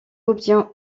obtient